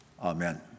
Amen